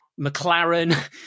McLaren